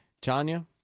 Tanya